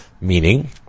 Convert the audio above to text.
meaning